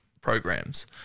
programs